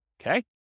Okay